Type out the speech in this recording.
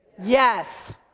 yes